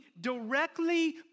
directly